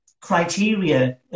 criteria